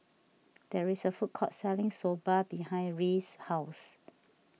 there is a food court selling Soba behind Rhea's house